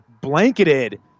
blanketed